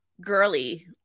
girly